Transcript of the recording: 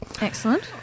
Excellent